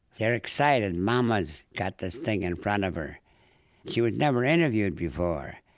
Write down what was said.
they're excited mama's got this thing in front of her. she was never interviewed before.